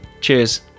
Cheers